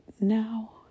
now